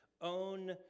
own